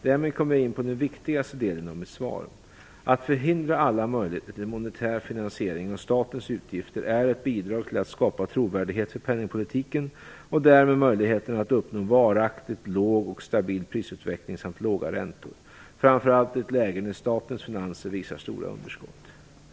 Därmed kommer jag in på den viktigaste delen av mitt svar. Att förhindra alla möjligheter till monetär finansiering av statens utgifter är ett bidrag till att skapa trovärdighet för penningpolitiken och därmed möjligheterna att uppnå varaktigt låg och stabil prisutveckling samt låga räntor, framför allt i ett läge när statens finanser visar stora underskott.